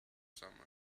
summer